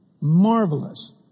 marvelous